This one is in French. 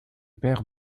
paires